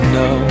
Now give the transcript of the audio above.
no